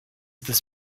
this